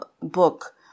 book